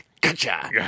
Gotcha